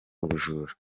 ubujura